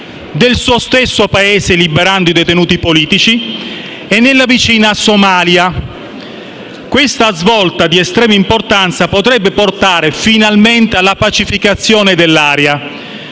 del suo stesso Paese, liberando i detenuti politici, e della vicina Somalia. Questa svolta, di estrema importanza, potrebbe portare finalmente alla pacificazione dell'area,